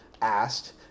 asked